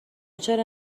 چرا